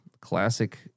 classic